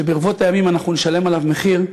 שברבות הימים אנחנו נשלם עליו מחיר,